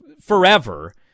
forever